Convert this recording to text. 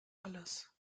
alles